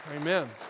Amen